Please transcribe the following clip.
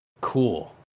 cool